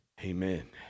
Amen